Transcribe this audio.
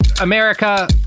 America